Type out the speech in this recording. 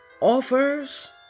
offers